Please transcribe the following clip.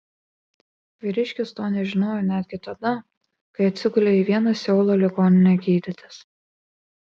vyriškis to nežinojo netgi tada kai atsigulė į vieną seulo ligoninę gydytis